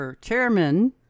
Chairman